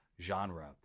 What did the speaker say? genre